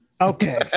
okay